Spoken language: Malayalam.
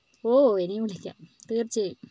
ഓ ഇനിയും വിളിക്കാം തീർച്ചയായും